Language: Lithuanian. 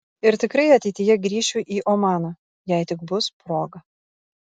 ir tikrai ateityje grįšiu į omaną jei tik bus proga